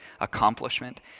accomplishment